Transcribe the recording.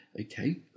okay